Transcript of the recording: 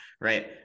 Right